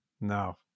No